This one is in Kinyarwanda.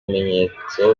bimenyetso